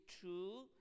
true